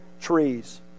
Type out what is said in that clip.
trees